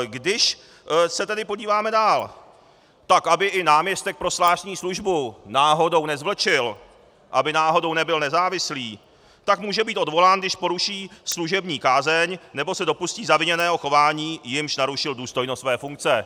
Když se tedy podíváme dál, tak aby i náměstek pro zvláštní službu náhodou nezvlčil, aby náhodou nebyl nezávislý, tak může být odvolán, když poruší služební kázeň nebo se dopustí zaviněného chování, jímž narušil důstojnost své funkce.